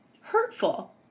hurtful